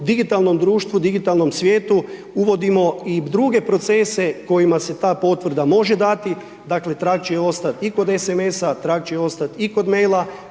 digitalnom društvu, digitalnom svijetu, uvodimo i druge procese kojima se ta potvrda može dati, dakle, trag će ostati i kod SMS-a i kod maila,